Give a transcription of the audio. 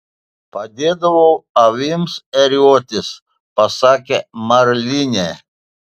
padėdavau avims ėriuotis pasakė marlinė